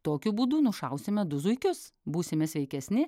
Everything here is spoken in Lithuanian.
tokiu būdu nušausime du zuikius būsime sveikesni